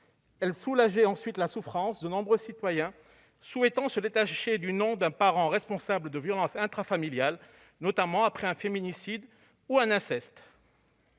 Elle soulageait ensuite la souffrance de nombreux citoyens souhaitant se détacher du nom d'un parent responsable de violences intrafamiliales, notamment après un féminicide ou un inceste.